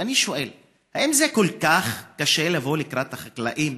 ואני שואל: האם זה כל כך קשה לבוא לקראת החקלאים,